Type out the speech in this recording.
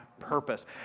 purpose